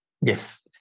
Yes